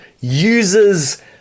uses